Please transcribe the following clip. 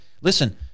Listen